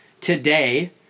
today